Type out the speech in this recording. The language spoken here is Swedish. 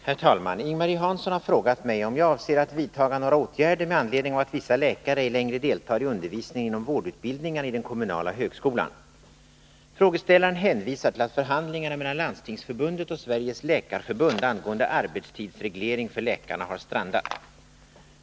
Herr talman! Ing-Marie Hansson har frågat mig om jag avser att vidta några åtgärder med anledning av att vissa läkare ej längre deltar i undervisningen inom vårdutbildningarna i den kommunala högskolan. Frågeställaren hänvisar till att förhandlingarna mellan Landstingsförbundet och Sveriges läkarförbund angående arbetstidsreglering för läkarna har strandat.